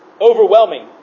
overwhelming